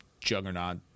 juggernaut